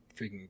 freaking